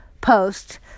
post